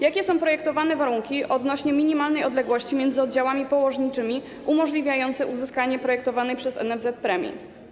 Jakie są projektowane warunki dotyczące minimalnej odległości między oddziałami położniczymi, umożliwiające uzyskanie projektowanej przez NFZ premii?